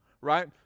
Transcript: right